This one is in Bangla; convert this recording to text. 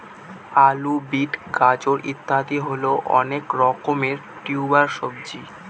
আলু, বিট, গাজর ইত্যাদি হয় অনেক রকমের টিউবার সবজি